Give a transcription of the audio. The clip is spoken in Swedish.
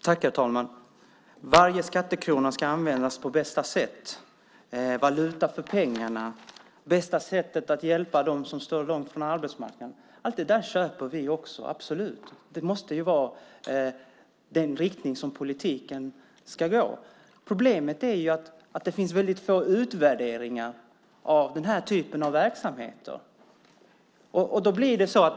Herr talman! Arbetsmarknadsministern talar om att varje skattekrona ska användas på bästa sätt, att man ska ha valuta för pengarna och om bästa sättet att hjälpa dem som står långt från arbetsmarknaden. Allt detta köper vi också - absolut. Det måste vara i den riktningen som politiken ska gå. Problemet är att det finns väldigt få utvärderingar av den här typen av verksamheter.